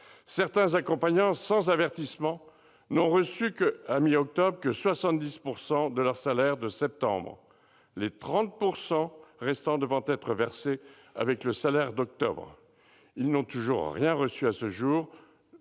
Certains accompagnants, sans être avertis, n'ont perçu à la mi-octobre que 70 % de leur salaire de septembre, le reste devant être versé avec le salaire d'octobre. Ils n'ont toujours rien reçu à ce jour.